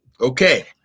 Okay